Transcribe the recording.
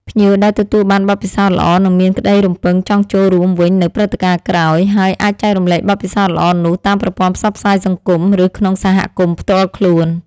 ភ្ញៀវដែលទទួលបានបទពិសោធន៍ល្អនឹងមានក្តីរំពឹងចង់ចូលរួមវិញនៅព្រឹត្តិការណ៍ក្រោយ ហើយអាចចែករំលែកបទពិសោធន៍ល្អនោះតាមប្រព័ន្ធផ្សព្វផ្សាយសង្គម ឬក្នុងសហគមន៍ផ្ទាល់ខ្លួន។